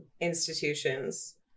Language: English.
institutions